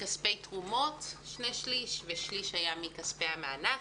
מכספי תרומות ובשליש מכספי המענק.